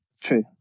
True